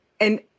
And-